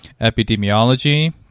epidemiology